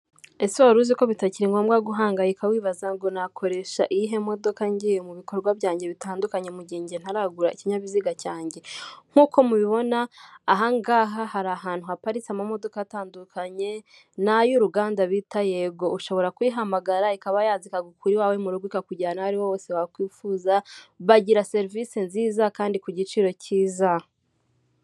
Ese wari uziko bitakiri ngombwa guhangayika wibaza ngo nakoresha iyihe modoka ngiye mu bikorwa byanjye bitandukanye mu gihe njye ntaragura ikinyabiziga cyanjye? Nk'uko mubibona ahangaha hari ahantu haparitse amamodoka atandukanye n'ay'uruganda bita yego, ushobora kuyihamagara ikaba yazi ikagukura iwawe mu rugo ikakujyana aho ariho hose wakwifuza, bagira serivisi nziza kandi ku giciro cyiza.